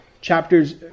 chapters